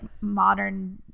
modern